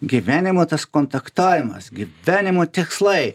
gyvenimo tas kontaktavimas gyvenimo tikslai